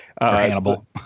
Hannibal